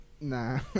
Nah